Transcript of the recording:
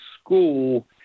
school